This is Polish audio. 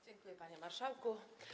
Dziękuję, panie marszałku.